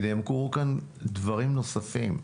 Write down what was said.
כי נאמרו כאן דברים נוספים.